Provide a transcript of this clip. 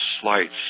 slight